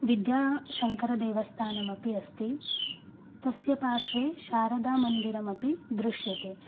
विध्याशङ्करदेवस्तानमपि अस्ति तस्य पार्श्वे शारदा मन्दिरमपि दृश्यते